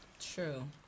True